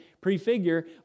prefigure